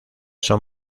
son